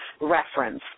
Reference